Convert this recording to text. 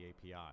API